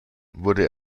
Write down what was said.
wurde